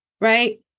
Right